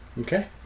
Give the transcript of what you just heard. Okay